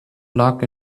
luck